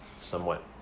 somewhat